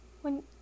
when